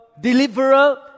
deliverer